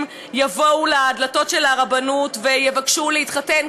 יבואו לדלתות של הרבנות ויבקשו להתחתן,